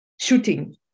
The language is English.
shooting